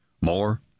More